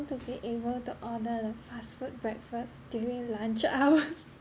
to be able to order the fast food breakfast during lunch hours